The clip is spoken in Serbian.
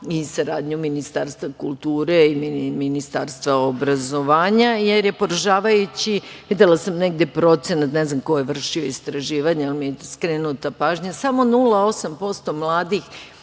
i saradnju Ministarstva kulture i Ministarstva obrazovanja. Jer, poražavajući je podatak, videla sam negde procenat, ne znam ko je vršio istraživanja, skrenuta mi je pažnja, samo 0,8% mladih